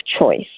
choice